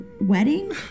wedding